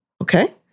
Okay